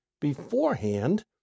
beforehand